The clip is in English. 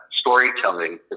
storytelling